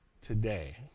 today